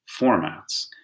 formats